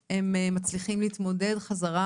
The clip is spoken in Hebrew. הם מצליחים להתמודד חזרה,